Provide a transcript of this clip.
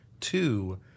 two